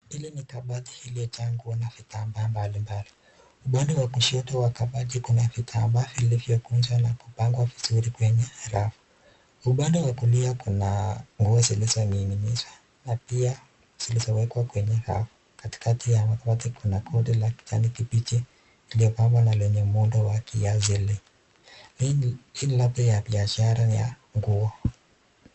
Hili ni kabati iliyojaa nguo na vitambaa mbalimbali, upande wa kushoto wa kabati kuna vitambaa iliyokunjwa na kupangwa vizuri kwenye rafu upande wa kulia kuna nguo zilizoning'inizwa. Na pia ziliwekwa kwenye rafu katikati ya mabati kuna kundi la kijani kibichi iliyopangwa na lenye muundo wa kiasili hii ni labda ya biashara ya nguo.